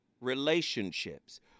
relationships